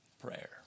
prayer